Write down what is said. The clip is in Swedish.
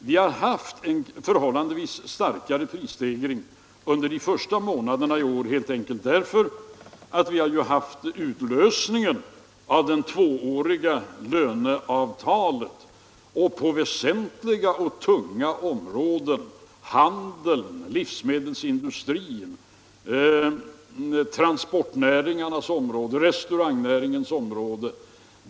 Vi har fått en förhållandevis starkare prisstegring under de första månaderna i år helt enkelt därför att vi har haft känning av utlösningen av det tvååriga löneavtalet på väsentliga och tunga områden som handeln, livsmedelsindustrin, transportnäringarna och restaurangbranschen.